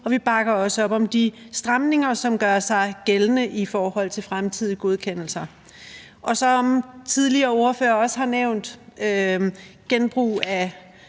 Og vi bakker også op om de stramninger, som gør sig gældende i forhold til fremtidige godkendelser. Som nogle af de foregående ordførere også har nævnt i forhold